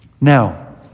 now